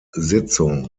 sitzung